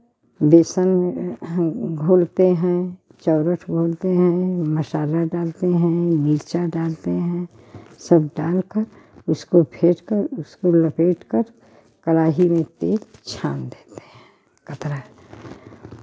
बेसन घोलते हैं चौरठ घोलते हैं मसाला डालते हैं मिरचा डालते हैं सब डाल कर उसको फेंट कर उसको लपेट कर कड़ाही में तेल छान देते हैं कपड़ा